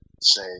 say